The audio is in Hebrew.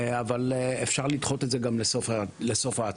אבל אפשר לדחות את זה גם לסוף ההצגה.